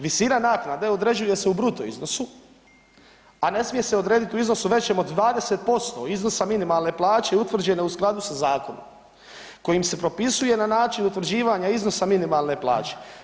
Visina naknade određuje se u bruto iznosu, a ne smije se odrediti u iznosu većem od 20% iznosa minimalne plaće i utvrđene u skladu sa zakonom kojim se propisuje na način utvrđivanja iznosa minimalne plaće.